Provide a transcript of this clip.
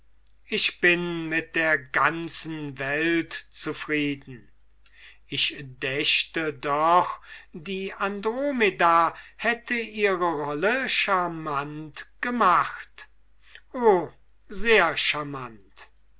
ich bin mit der ganzen welt zufrieden ich dächte doch die andromeda hätte ihre rolle scharmant gemacht o sehr scharmant